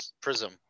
Prism